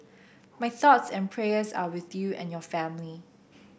my thoughts and prayers are with you and your family